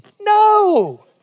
No